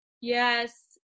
Yes